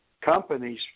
companies